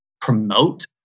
promote